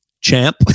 champ